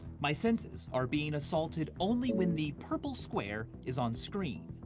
my senses are being assaulted only when the purple square is onscreen.